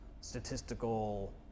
statistical